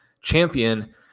champion